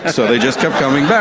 so they just kept coming yeah